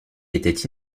étaient